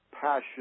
passion